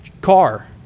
car